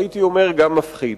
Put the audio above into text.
והייתי אומר גם מפחיד.